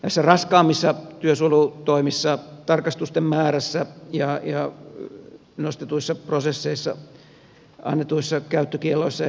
näissä raskaammissa työsuojelutoimissa tarkastusten määrässä ja nostetuissa prosesseissa annetuissa käyttökielloissa ja niin edelleen